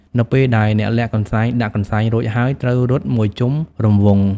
នៅពេលដែលអ្នកលាក់កន្សែងដាក់កន្សែងរួចហើយ ត្រូវរត់មួយជុំរង្វង់ ។